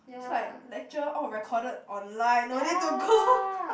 is like lecture all recorded online no need to go